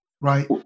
right